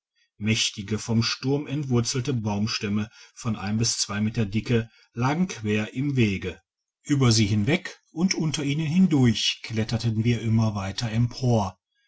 mächtige vom sturm entwurzelte baumstämme von einem bis zwei meter der dicke lagen quer im wege über digitized by google sie hinweg und unter ihnen hindurch kletterten wir immer weiter empor